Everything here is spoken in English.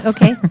Okay